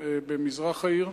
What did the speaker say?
במזרח העיר,